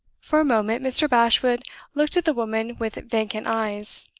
for a moment, mr. bashwood looked at the woman with vacant eyes,